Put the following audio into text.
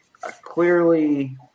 clearly